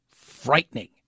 frightening